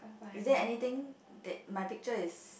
is there anything that my picture is